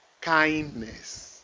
Kindness